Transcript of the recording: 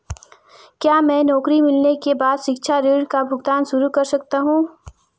क्या मैं नौकरी मिलने के बाद शिक्षा ऋण का भुगतान शुरू कर सकता हूँ?